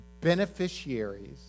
beneficiaries